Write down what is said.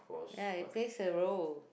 ya it plays a role